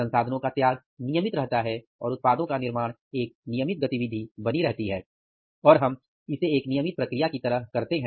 संसाधनों का त्याग नियमित रहता है और उत्पादों का निर्माण एक नियमित गतिविधि बनी रहती है और हम इसे एक नियमित प्रक्रिया की तरह करते हैं